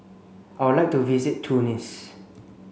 I would like to visit Tunis